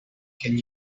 can